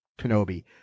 Kenobi